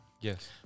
Yes